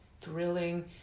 thrilling